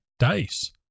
dice